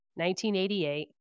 1988